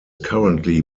currently